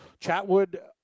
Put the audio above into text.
Chatwood